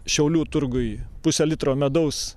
šiaulių turguj pusė litro medaus